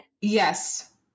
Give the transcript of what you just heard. Yes